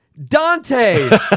Dante